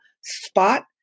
spot